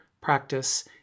practice